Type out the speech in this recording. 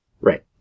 Right